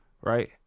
Right